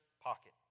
pocket